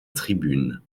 tribune